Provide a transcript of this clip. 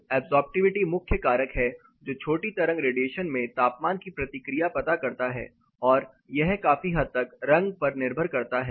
तो ऐब्सॉर्प्टिविटी मुख्य कारक है जो छोटी तरंग रेडिएशन में तापमान की प्रतिक्रिया पता करता है और यह काफी हद तक रंग पर निर्भर करता है